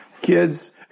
kids